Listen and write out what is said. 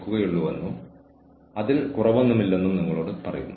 കൂടാതെ ഇതെല്ലാം ഓർഗനൈസേഷന്റെ അവസാനം ഉണ്ടാകുന്ന പ്രശ്നങ്ങൾ കുറയ്ക്കാൻ സഹായിക്കുന്നു